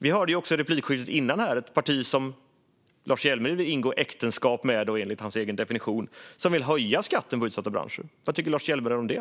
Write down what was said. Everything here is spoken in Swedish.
Vi hörde i det föregående replikskiftet att ett parti som Lars Hjälmered vill ingå äktenskap med - enligt hans egen definition - vill höja skatten för utsatta branscher. Vad tycker Lars Hjälmered om det?